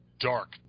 Dark